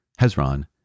Hezron